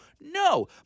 No